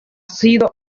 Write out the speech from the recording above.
sido